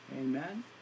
amen